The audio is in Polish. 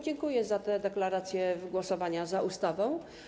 Dziękuję za te deklaracje o głosowaniu za ustawą.